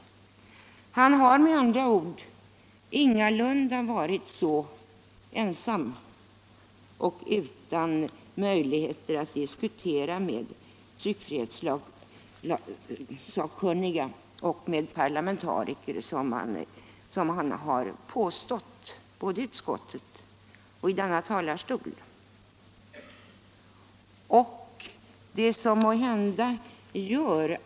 Han har med andra ord ingalunda varit så ensam och utan möjligheter att diskutera med tryckfrihetssakkunniga och med parlamentariker som det har påståtts både i utskottet och i denna talarstol.